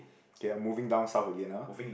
okay I'm moving down south again ah